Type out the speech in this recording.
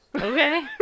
Okay